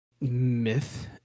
myth